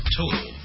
total